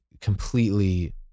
completely